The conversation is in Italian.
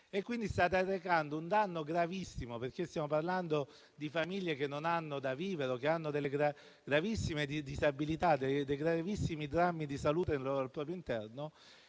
quindi arrecando loro un danno gravissimo, perché stiamo parlando di famiglie che non hanno da vivere o che hanno delle gravissime disabilità, dei gravissimi drammi di salute al proprio interno